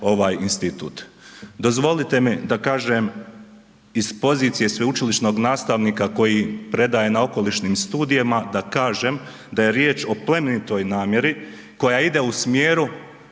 Dozvolite mi da kažem iz pozicije sveučilišnog nastavnika koji predaje na okolišnim studijima, da kažem da je riječ o plemenitoj namjeri koja ide u smjeru